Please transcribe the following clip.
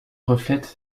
reflète